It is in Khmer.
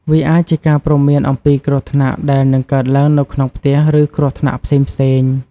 វាអាចជាការព្រមានអំពីគ្រោះថ្នាក់ដែលនឹងកើតឡើងនៅក្នុងផ្ទះ ឬគ្រោះថ្នាក់ផ្សេងៗ។